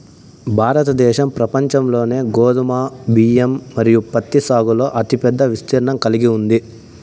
భారతదేశం ప్రపంచంలోనే గోధుమ, బియ్యం మరియు పత్తి సాగులో అతిపెద్ద విస్తీర్ణం కలిగి ఉంది